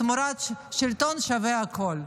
שלטון שווה הכול.